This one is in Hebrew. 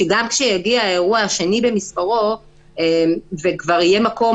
כשיגיע האירוע השני במספרו וכבר יהיה מקום